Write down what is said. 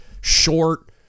short